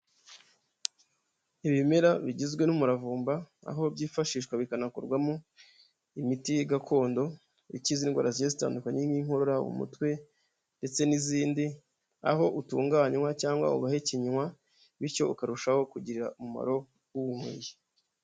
Ibimera bigizwe n'umuravumba, aho byifashishwa bikanakorwamo imiti gakondo ikiza indwara zigiye zitandukanye nk'inkorora, umutwe ndetse n'izindi, aho utunganywa cyangwa ugahekenywa bityo ukarushaho kugirira umumaro uwunyweye.